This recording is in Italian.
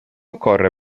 occorre